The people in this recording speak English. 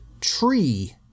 tree